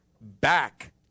back